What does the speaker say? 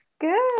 good